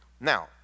now